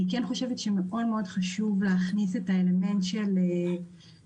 אני כן חושבת שמאוד מאוד חשוב להכניס את האלמנט של הדיווח